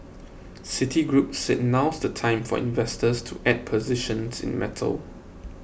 citigroup said now's the time for investors to add positions in metals